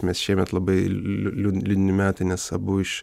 mes šiemet labai liu liu liūdni metai nes abu iš